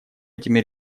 этими